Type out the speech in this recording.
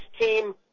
team